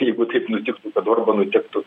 jeigu taip nutiktų kad orbanui tektų